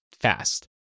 fast